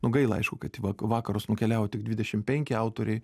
nu gaila aišku kad į va vakarus nukeliavo tik dvidešim penki autoriai